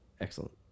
Excellent